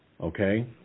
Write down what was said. okay